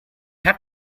have